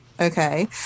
okay